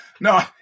No